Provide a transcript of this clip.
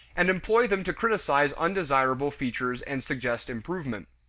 and employ them to criticize undesirable features and suggest improvement.